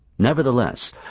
Nevertheless